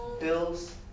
bills